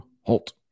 Halt